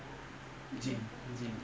[Z]